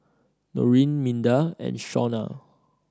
Norene Minda and Shawna